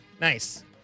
Nice